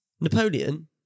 Napoleon